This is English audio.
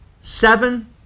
seven